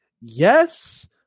yes